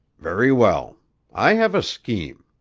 very well i have a scheme.